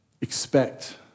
expect